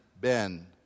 Ben